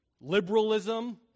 liberalism